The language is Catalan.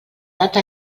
data